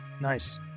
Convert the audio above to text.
nice